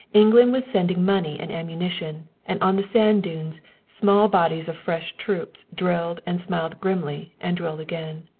england was sending money and ammunition, and on the sand dunes small bodies of fresh troops drilled and smiled grimly and drilled again.